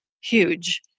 huge